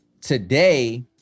today